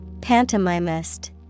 Pantomimist